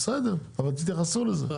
בסדר, אבל תתייחסו לזה.